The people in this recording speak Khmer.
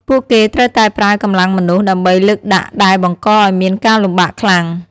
ពួកគេត្រូវតែប្រើកម្លាំងមនុស្ស ដើម្បីលើកដាក់ដែលបង្កឱ្យមានការលំបាកខ្លាំង។